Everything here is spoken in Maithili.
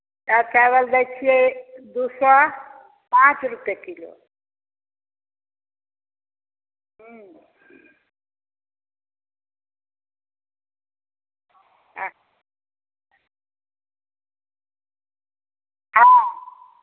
ओ चाबल दै छियै दू सए पांच रुपे किलो हूं अच्छा हॅं